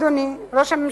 אדוני ראש הממשלה,